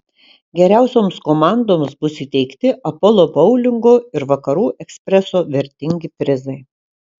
geriausioms komandoms bus įteikti apolo boulingo ir vakarų ekspreso vertingi prizai